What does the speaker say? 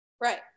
right